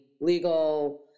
legal